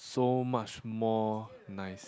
so much more nice